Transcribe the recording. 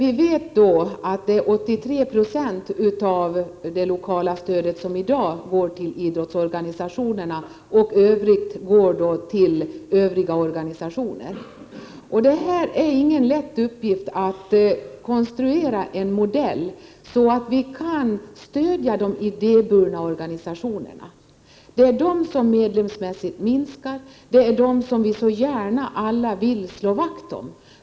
I dag går 83 20 av det lokala stödet till idrott, och resten går till övriga organisationer. Det är ingen lätt uppgift att konstruera en modell som innebär att vi kan stödja de idéburna organisationerna. Det är de som minskar medlemsmässigt, det är dem som vi alla så gärna vill slå vakt om.